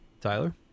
Tyler